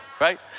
right